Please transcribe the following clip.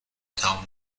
تموم